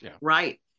right